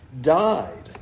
died